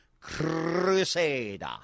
crusader